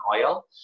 oil